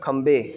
ਖੱਬੇ